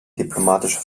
diplomatische